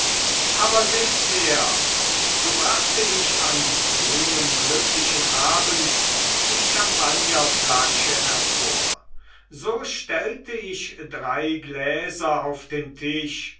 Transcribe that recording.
aber seht her so brachte ich an jenem glücklichen abend die champagnerflasche hervor so stellte ich drei gläser auf den tisch